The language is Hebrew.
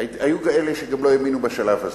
היו כאלה שגם לא האמינו בשלב הזה.